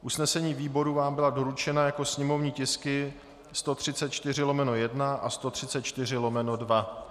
Usnesení výboru vám byla doručena jako sněmovní tisky 134/1 a 134/2.